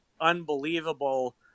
unbelievable